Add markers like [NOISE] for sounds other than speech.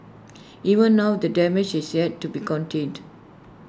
even now the damage has yet to be [NOISE] contained